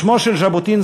בשמו של ז'בוטינסקי,